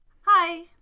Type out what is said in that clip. Hi